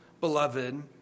beloved